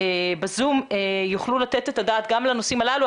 בזום יוכלו לתת את הדעת גם לנושאים הללו.